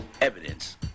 evidence